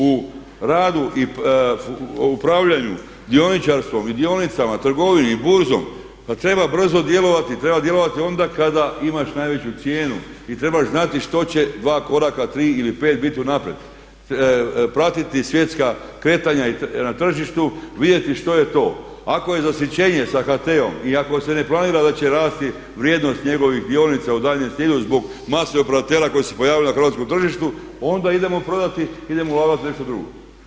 U radu i upravljanju dioničarstvom i dionicama, trgovini, burzom, pa treba brzo djelovati, treba djelovati onda kada imaš najveću cijenu i trebaš znati što će dva koraka, tri ili pet biti unaprijed, pratiti svjetska kretanja na tržištu, vidjeti što je to, ako je zasićenje sa HT-om i ako se ne planira da će rasti vrijednost njegovih dionica u daljnjem slijedu zbog mase operatera koji su se pojavili na hrvatskom tržištu, onda idemo prodati, idemo ulagat u nešto drugo.